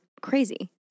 crazy